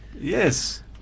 yes